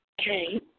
Okay